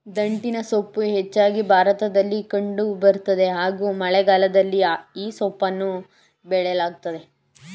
ದಂಟಿನಸೊಪ್ಪು ಹೆಚ್ಚಾಗಿ ಭಾರತದಲ್ಲಿ ಕಂಡು ಬರ್ತದೆ ಹಾಗೂ ಮಳೆಗಾಲದಲ್ಲಿ ಈ ಸೊಪ್ಪನ್ನ ಬೆಳೆಯಲಾಗ್ತದೆ